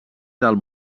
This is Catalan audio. del